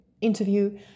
interview